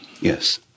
Yes